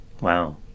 Wow